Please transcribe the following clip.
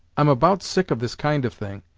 i'm about sick of this kind of thing,